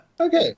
Okay